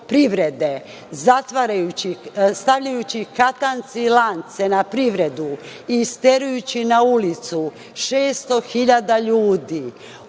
privrede stavljajući katance i lance na privredu i isterujući na ulicu 600.000 ljudi,